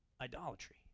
idolatry